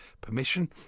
permission